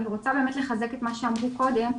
אני רוצה לחזק את מה שאמרו קודם.